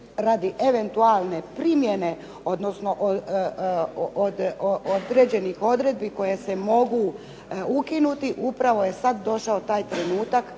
radi eventualne primjene odnosno određenih odredbi koje se mogu ukinuti upravo je sad došao taj trenutak